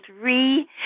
three